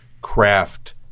craft